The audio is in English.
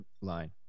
line